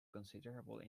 considerable